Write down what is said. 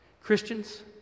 Christians